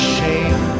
shame